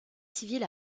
civil